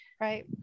Right